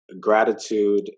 gratitude